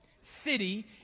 city